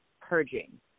purging